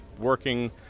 working